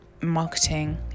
marketing